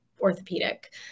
orthopedic